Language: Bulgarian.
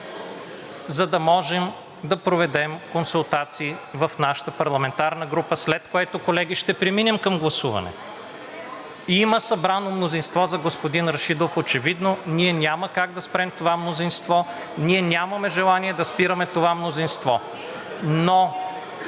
за да можем да проведем консултации в нашата парламентарна група, след което, колеги, ще преминем към гласуване. Има очевидно събрано мнозинство за господин Рашидов, ние няма как да спрем това мнозинство, ние нямаме желание да спираме това мнозинство. (Шум